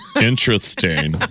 Interesting